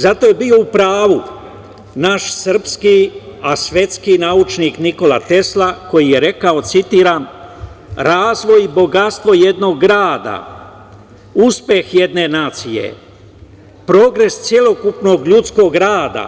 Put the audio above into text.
Zato je bio u pravu naš srpski a svetski naučnik, Nikola Tesla, koji je rekao, citiram: „Razvoj i bogatstvo jednog grada, uspeh jedne nacije, progres celokupnog ljudskog rada